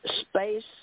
space